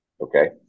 Okay